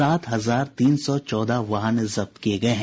सात हजार तीन सौ चौदह वाहन जब्त किये गये हैं